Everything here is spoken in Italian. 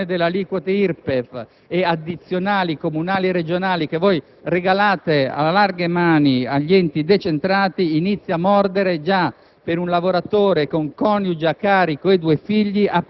che la tassazione, tra variazione dell'aliquota IRPEF e addizionali comunali e regionali, che voi regalate a larghe mani agli enti decentrati, inizia a mordere già